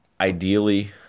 ideally